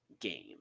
game